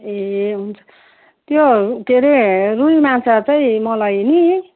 ए हुन्छ त्यो के हरे रुई माछा चैँ मलाई नि